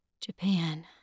Japan